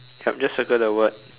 yup just circle the word